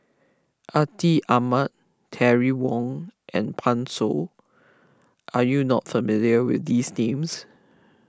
Atin Amat Terry Wong and Pan Shou are you not familiar with these names